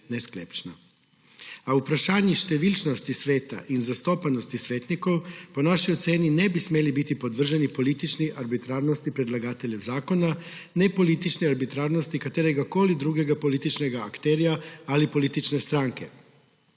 A pri vprašanjih številčnosti sveta in zastopanosti svetnikov po naši oceni ne bi smeli biti podvrženi politični arbitrarnosti predlagateljev zakona ne politični arbitrarnosti kateregakoli drugega političnega akterja ali politične stranke.